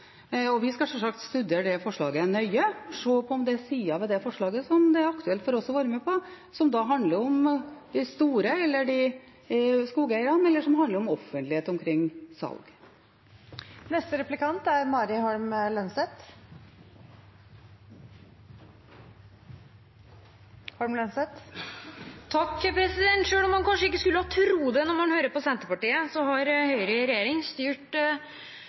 nøye, se på om det er sider ved forslaget som det er aktuelt for oss å være med på, som da handler om de store skogeierne, eller om offentlighet omkring salg. Selv om man kanskje ikke skulle tro det når man hører på Senterpartiet, har Høyre i regjering styrt